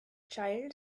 child